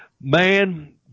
man